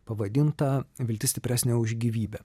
pavadintą viltis stipresnė už gyvybę